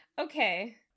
okay